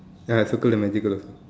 ya I circle the magical also